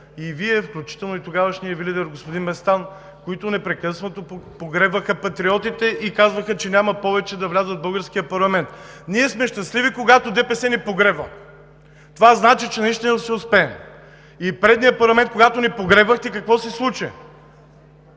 и Вие, включително и тогавашният Ви лидер господин Местан, които непрекъснато погребваха Патриотите и казваха, че няма повече да влязат в българския парламент. Ние сме щастливи, когато ДПС ни погребва! Това значи, че наистина ще успеем. И в предния парламент, когато ни погребвахте, какво се случи?